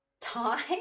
time